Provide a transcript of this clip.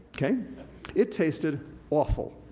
it tasted awful.